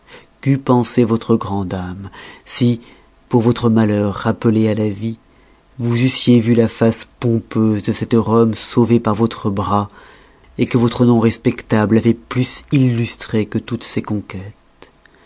qu'eût pensé votre grande ame si pour votre malheur rappelé à la vie vous eussiez vu la face pompeuse de cette rome sauvée par votre bras que votre nom respectable avoit plus illustrée que toutes ses conquêtes